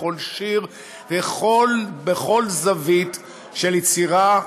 כל שיר בכל זווית של יצירה ישראלית.